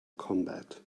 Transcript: combat